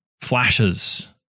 flashes